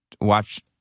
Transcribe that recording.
watch